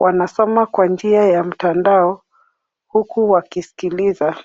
wanasoma kwa njia ya mtandao, huku wakisikiliza